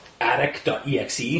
attic.exe